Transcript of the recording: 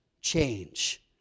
change